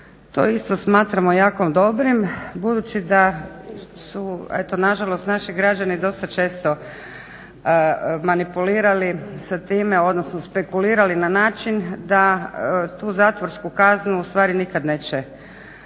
To isto smatramo jako dobrim budući da su eto na žalost naši građani dosta često manipulirali sa time, odnosno spekulirali na način da tu zatvorsku kaznu u stvari nikad neće